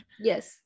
Yes